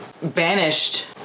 banished